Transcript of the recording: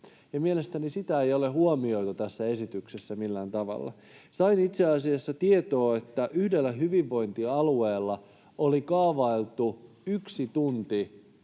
mielestäni sitä ei ole huomioitu tässä esityksessä millään tavalla. Sain itse asiassa tietoa, että yhdellä hyvinvointialueella oli kaavailtu yksi tunti